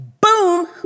Boom